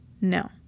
No